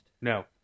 No